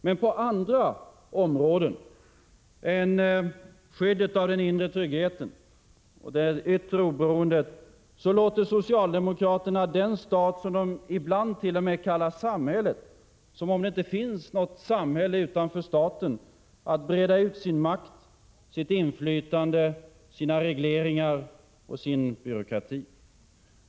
Men på andra områden än skyddet av den inre tryggheten och det yttre oberoendet låter socialdemokraterna den stat som de ibland t.o.m. kallar samhället — som om det inte finns något samhälle utanför staten — breda ut sin makt, sitt inflytande, sina regleringar och sin byråkrati.